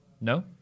No